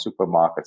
supermarkets